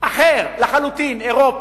אחר לחלוטין, אירופי.